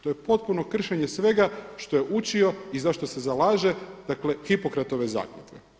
To je potpuno kršenje svega što je učio i za što se zalaže dakle Hipokratove zakletve.